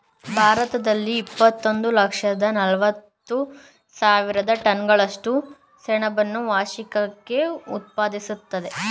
ಭಾರತದಲ್ಲಿ ಇಪ್ಪತ್ತೊಂದು ಲಕ್ಷದ ನಲವತ್ತು ಸಾವಿರ ಟನ್ಗಳಷ್ಟು ಸೆಣಬನ್ನು ವರ್ಷಕ್ಕೆ ಉತ್ಪಾದಿಸ್ತದೆ